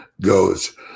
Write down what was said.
goes